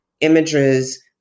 images